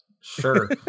sure